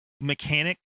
mechanic